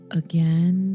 again